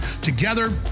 together